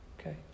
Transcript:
Okay